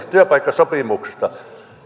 työpaikkasopimuksesta